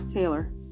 Taylor